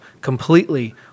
completely